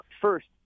first